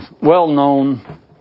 well-known